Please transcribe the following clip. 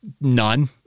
none